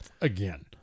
again